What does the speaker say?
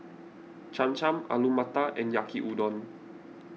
Cham Cham Alu Matar and Yaki Udon